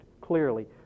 clearly